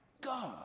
God